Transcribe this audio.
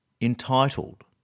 Entitled